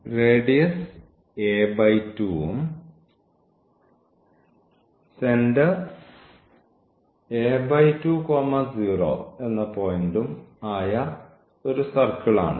radius a2 ഉം centre a2 0 ഉം ആയ ഒരു സർക്കിളാണിത്